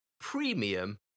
premium